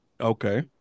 Okay